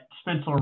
Spencer